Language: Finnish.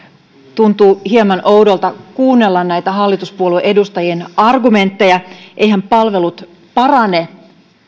tuntuu hieman oudolta kuunnella näitä hallituspuolue edustajien argumentteja eiväthän palvelut parane